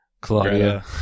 Claudia